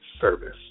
service